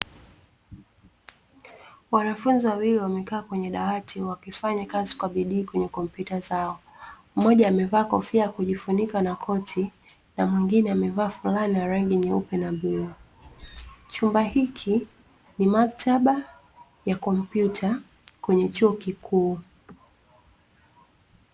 Wanafunzi wawili wamekaa kwenye dawati wakifanya kazi kwa bidii kwenye kompyuta zao, mmoja amevaa kofia ya kujifunika na koti na mwingine amevaa fulana ya rangi nyeupe na bluu, chumba hiki ni maktaba ya kompyuta kwenye chuo kikuu.